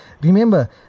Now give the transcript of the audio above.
remember